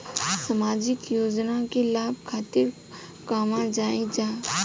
सामाजिक योजना के लाभ खातिर कहवा जाई जा?